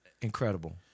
Incredible